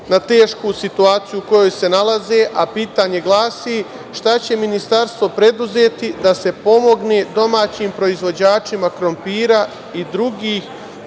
na tešku situaciju u kojoj se nalaze. Pitanje glasi – šta će Ministarstvo preduzeti da se pomogne domaćim proizvođačima krompira i drugim